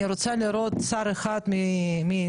אני רוצה לראות שר אחד מהליכוד